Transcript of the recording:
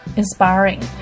inspiring